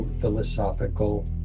philosophical